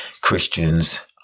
Christians